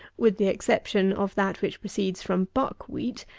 with the exception of that which proceeds from buck wheat,